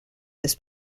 this